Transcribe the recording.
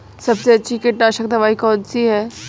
सबसे अच्छी कीटनाशक दवाई कौन सी है?